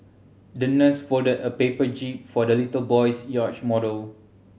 the nurse folded a paper jib for the little boy's yacht model